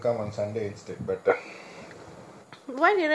why didn't you recommend her to come on december first week